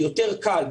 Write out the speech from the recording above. יותר קל,